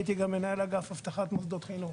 הייתי גם מנהל האגף של אבטחת מוסדות חינוך.